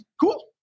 cool